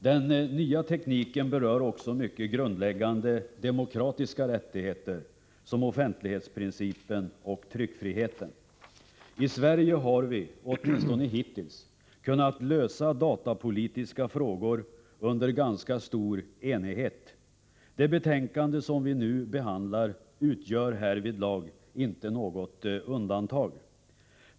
Den nya tekniken berör också mycket grundläggande demokratiska rättigheter som offentlighetsprincipen och tryckfriheten. I Sverige har vi, åtminstone hittills, kunnat lösa datapolitiska frågor under ganska stor enighet. Det betänkande som vi nu behandlar utgör härvidlag inte något undantag.